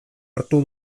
hartu